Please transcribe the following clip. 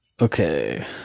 Okay